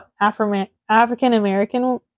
African-American